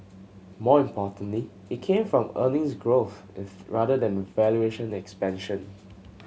more importantly it came from earnings growth is rather than valuation expansion